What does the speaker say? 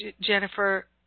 Jennifer